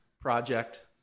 project